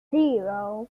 zero